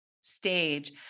stage